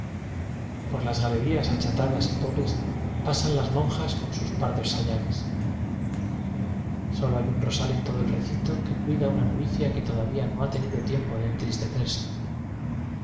por las galerías achatadas y pobres pa san las monjas con sus pardos sayales solo hay un rosal en iodo el recinto que cuida una novicia que todavía no ha tenido tiempo de entristecerse